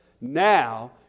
Now